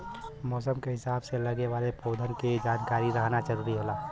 मौसम के हिसाब से लगे वाले पउधन के जानकारी रखना जरुरी होला